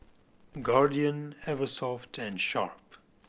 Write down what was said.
Guardian Eversoft and Sharp